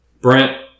Brent